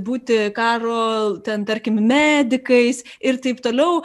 būti karo ten tarkim medikais ir taip toliau